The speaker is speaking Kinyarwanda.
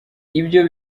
ibyo